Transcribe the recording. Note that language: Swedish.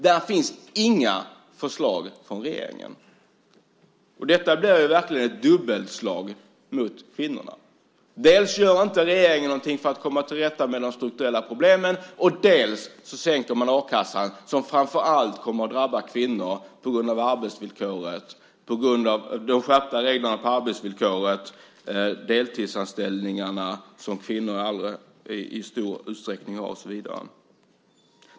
Det finns inga förslag från regeringen! Detta blir verkligen ett dubbelslag mot kvinnorna. Dels gör regeringen inte någonting för att komma till rätta med de strukturella problemen, dels sänker man a-kassan. Det kommer framför allt att drabba kvinnor, på grund av de skärpta reglerna gällande arbetsvillkoret, på grund av att kvinnor i stor utsträckning har deltidsanställningar och så vidare.